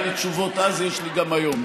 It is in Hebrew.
היו לי תשובות אז ויש לי גם היום,